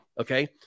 okay